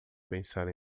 pensar